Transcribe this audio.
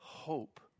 hope